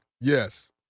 yes